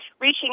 reaching